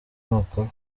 amakuru